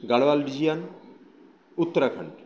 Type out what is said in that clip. গাড়ওয়াল বিজয়ান উত্তরাখণ্ড